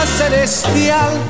celestial